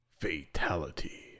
Fatality